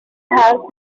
have